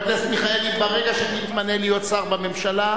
חבר הכנסת מיכאלי, ברגע שתתמנה להיות שר בממשלה,